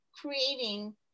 creating